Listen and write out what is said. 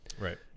Right